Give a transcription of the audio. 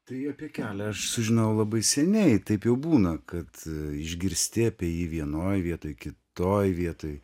tai apie kelią aš sužinojau labai seniai taip jau būna kad išgirsti apie jį vienoj vietoj kitoje vietoj